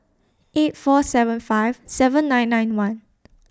eight four seven five seven nine nine one